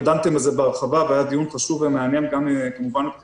ודנתם בזה בהרחבה והיה דיון חשוב ומעניין גם מבחינתנו.